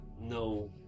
no